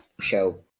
show